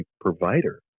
provider